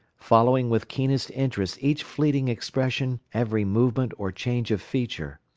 following with keenest interest each fleeting expression, every movement or change of feature.